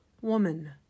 woman